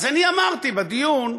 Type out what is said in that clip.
אז אני אמרתי בדיון: